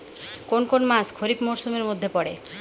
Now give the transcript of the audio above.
কোন কোন মাস খরিফ মরসুমের মধ্যে পড়ে?